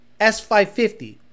S550